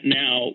now